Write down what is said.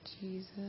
Jesus